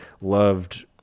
loved